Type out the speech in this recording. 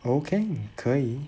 okay 可以